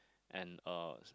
and uh